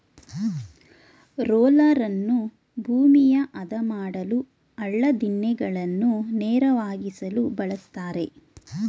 ರೋಲರನ್ನು ಭೂಮಿಯ ಆದ ಮಾಡಲು, ಹಳ್ಳ ದಿಣ್ಣೆಗಳನ್ನು ನೇರವಾಗಿಸಲು ಬಳ್ಸತ್ತರೆ